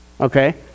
Okay